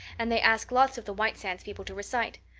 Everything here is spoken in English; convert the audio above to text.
and they ask lots of the white sands people to recite.